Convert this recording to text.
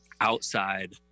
Outside